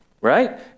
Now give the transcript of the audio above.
right